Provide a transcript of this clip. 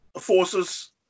forces